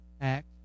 Act